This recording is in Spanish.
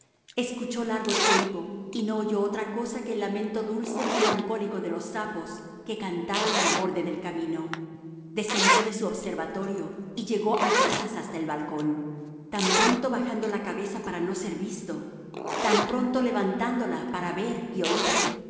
escuchó largo tiempo y no oyó otra cosa que el lamento dulce y melancólico de los sapos que cantaban al borde del camino descendió de su observatorio y llegó a gatas hasta el balcón tan pronto bajando la cabeza para no ser visto tan pronto levantándola para ver y oír